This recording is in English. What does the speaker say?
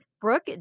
Brooke